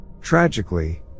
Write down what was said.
Tragically